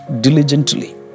diligently